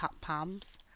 palms